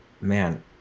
man